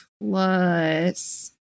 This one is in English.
plus